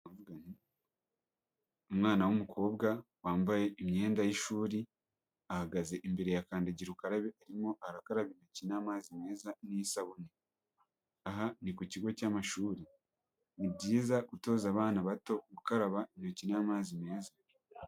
Umwana w'umukobwa wambaye imyenda y'ishuri ahagaze imbere yakandagira ukarabe, arimo arakaraba intoki n'amazi meza n'isabune, aha ni ku kigo cy'amashuri. Ni byiza gutoza abana bato gukaraba intoki n'amazi meza.